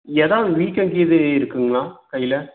எதாவது வீக்கம் கீது இருக்குதுங்களா கையில்